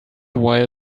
while